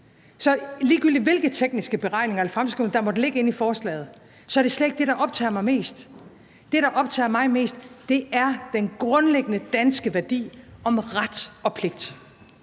Så ligegyldigt hvilke tekniske beregninger eller fremskrivninger der måtte ligge inde i forslaget, så er det slet ikke det, der optager mig mest. Det, der optager mig mest, er den grundlæggende danske værdi om ret og pligt.